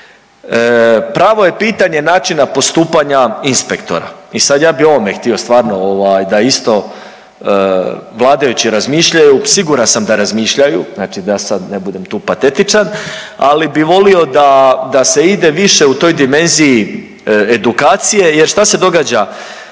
Pravo je pitanje načina postupanja inspektora, i sad ja bih o ovome htio stvarno ovaj da isto vladajući razmišljaju, siguran sam da razmišljaju, znači da ja sad ne budem tu patetičan, ali bih volio da se ide više u toj dimenziji edukacije jer, šta se događa?